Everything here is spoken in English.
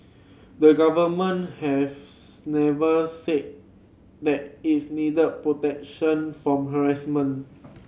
the Government never said that its needed protection from harassment